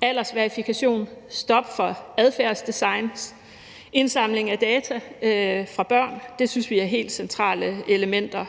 Aldersverifikation, stop for adfærdsdesign, indsamling af data fra børn – det synes vi i SF er helt centrale elementer.